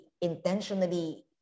intentionally